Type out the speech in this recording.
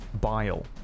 bile